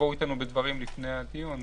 שתבואו איתנו בדברים לפני הדיון.